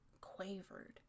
Quavered